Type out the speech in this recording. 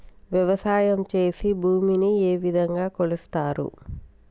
వ్యవసాయం చేసి భూమిని ఏ విధంగా కొలుస్తారు?